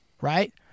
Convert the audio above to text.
right